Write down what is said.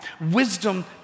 Wisdom